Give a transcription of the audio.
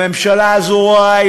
הממשלה הזו רעה.